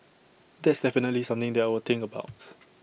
that's definitely something that I will think about